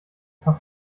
paar